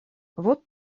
вот